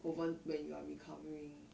over when you are recovering